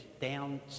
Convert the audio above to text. down